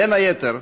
בין היתר,